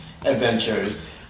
adventures